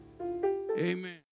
Amen